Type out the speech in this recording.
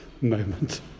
moment